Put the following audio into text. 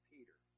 Peter